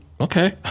okay